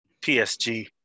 psg